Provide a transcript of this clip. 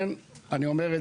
אני אומר את